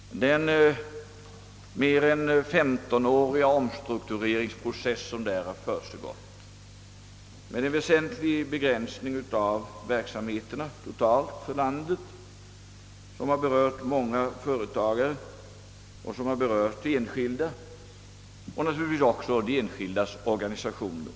Den mer än 15-åriga omstruktureringsprocessen inom denna industri med en väsentlig begränsning av verksamheten har berört många företagare och enskilda och naturligtvis även de enskildas organisationer.